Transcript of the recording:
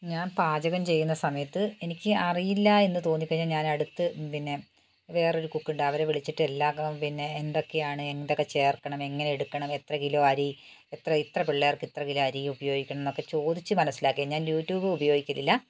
ഞാൻ പാചകം ചെയ്യുന്ന സമയത്ത് എനിക്ക് അറിയില്ല എന്ന് തോന്നിക്കഴിഞ്ഞ ഞാൻ അടുത്ത് പിന്നെ വേറൊരു കുക്കുണ്ട് അവരെ വിളിച്ചിട്ട് എല്ലാ പിന്നെ എന്തൊക്കെയാണ് എന്തൊക്കെ ചേർക്കണം എങ്ങനെ എടുക്കണം എത്ര കിലോ അരി എത്ര ഇത്ര പിള്ളേർക്ക് ഇത്ര കിലോ അരി ഉപയോഗിക്കണം എന്നൊക്കെ ചോദിച്ച് മനസ്സിലാക്കിയാൽ ഞാൻ യൂട്യൂബ് ഉപയോഗിക്കലില്ല